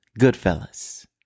Goodfellas